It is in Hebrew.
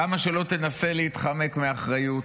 כמה שלא תנסה להתחמק מאחריות,